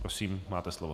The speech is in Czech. Prosím, máte slovo.